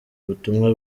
ubutumwa